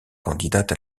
candidate